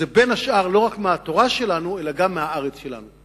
שזה בין השאר לא רק מהתורה שלנו אלא גם מהארץ שלנו.